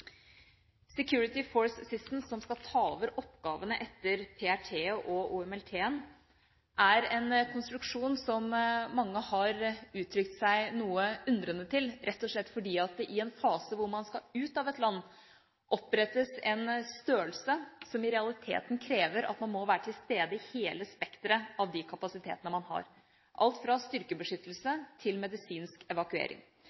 Security Force Assistance, som skal ta over oppgavene etter PRT og OMLT, er en konstruksjon som mange har uttrykt seg noe undrende til, rett og slett fordi det i en fase hvor man skal ut av et land, opprettes en størrelse som i realiteten krever at man må være til stede i hele spekteret av de kapasitetene man har, alt fra